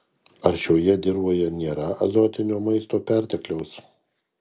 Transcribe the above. ar šioje dirvoje nėra azotinio maisto pertekliaus